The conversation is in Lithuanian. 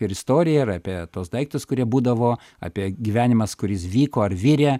ir istoriją ir apie tuos daiktus kurie būdavo apie gyvenimas kuris vyko ar virė